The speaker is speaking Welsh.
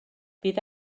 bydd